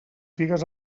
figues